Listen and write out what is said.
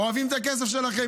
הם אוהבים את הכסף שלכם.